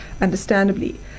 understandably